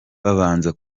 babanza